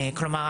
כלומר,